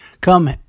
Come